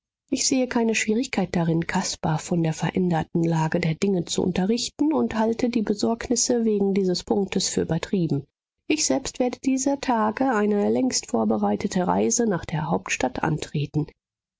ich sehe keine schwierigkeit darin caspar von der veränderten lage der dinge zu unterrichten und halte die besorgnisse wegen dieses punktes für übertrieben ich selbst werde dieser tage eine längst vorbereitete reise nach der hauptstadt antreten